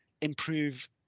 improve